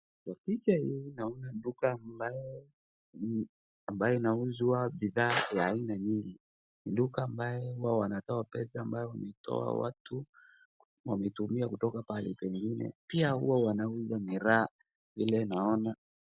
Kwa picha hii, naona duka ambayo inauzwa bidhaa ya aina nyingi, ni duka ambayo huwa wanatoa pesa ambayo wameitoa watu wameitumia kutoka pahali pengine, pia wanauza miraa vile naona.